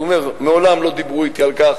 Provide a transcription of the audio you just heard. הוא אומר: מעולם לא דיברו אתי על כך